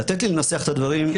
לתת לי לנסח את הדברים --- כן.